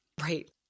Right